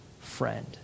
friend